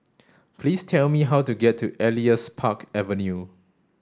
please tell me how to get to Elias Park Avenue